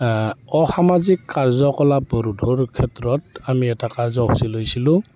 অসামাজিক কাৰ্যকলাপ ৰোধৰ ক্ষেত্ৰত আমি এটা কাৰ্যসূচী লৈছিলোঁ